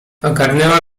ogarnęła